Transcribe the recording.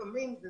לפעמים זה